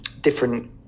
different